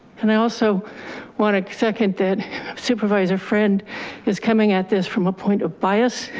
and i also want to second that supervisor friend is coming at this from a point of bias.